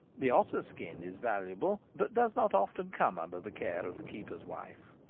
the otter skin is valuable, but does not often come under the care of the keeper's wife.